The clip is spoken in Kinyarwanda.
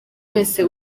wese